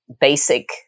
basic